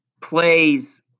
plays